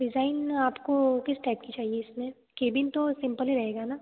design आपको किस type की चाहिए इसमें केबिन तो सिंपल ही रहेगा ना